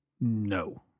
no